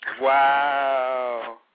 Wow